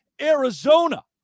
Arizona